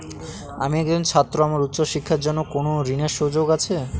আমি একজন ছাত্র আমার উচ্চ শিক্ষার জন্য কোন ঋণের সুযোগ আছে?